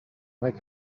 make